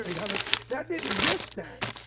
like um ah that didn't exist then.